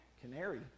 Canary